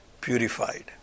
purified